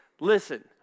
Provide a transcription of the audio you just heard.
listen